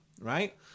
right